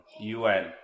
UN